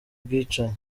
bwicanyi